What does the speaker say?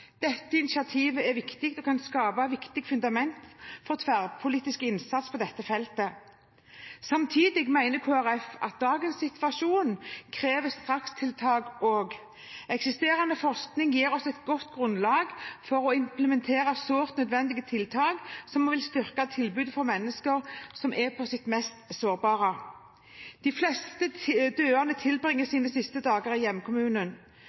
Dette initiativet er viktig og kan skape et viktig fundament for tverrpolitisk innsats på feltet. Samtidig mener Kristelig Folkeparti at dagens situasjon krever strakstiltak også. Eksisterende forskning gir oss et godt grunnlag for å implementere sårt nødvendige tiltak som vil styrke tilbudet til mennesker som er på sitt mest sårbare. De fleste døende tilbringer sine siste dager i hjemkommunen.